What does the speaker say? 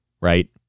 Right